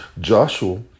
Joshua